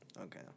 Okay